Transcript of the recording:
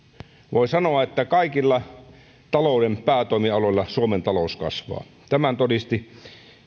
voi sanoa että kaikilla talouden päätoimialoilla suomen talous kasvaa tämän todisti